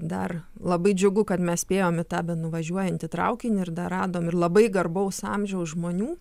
dar labai džiugu kad mes spėjom į tą nuvažiuojantį traukinį ir dar radom ir labai garbaus amžiaus žmonių